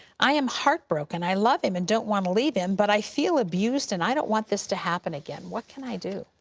i am heartbroken. i love him and don't want to leave him, but i feel abused and i don't want this to happen again. what can i do?